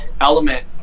element